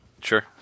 sure